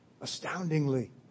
Astoundingly